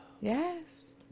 Yes